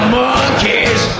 monkeys